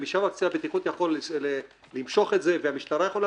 ומשם קצין הבטיחות יכול למשוך את זה והמשטרה יכולה